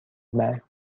بعد